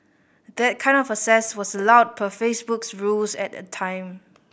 that kind of access was allowed per Facebook's rules at the time